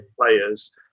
players